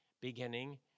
beginning